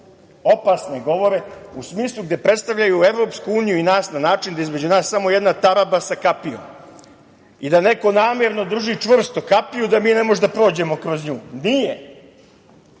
Opasne govore u smislu gde predstavljaju EU i nas na način da je između nas samo jedna taraba sa kapijom i da neko namerno drži čvrsto kapiju da mi ne možemo da prođemo kroz nju. Nije.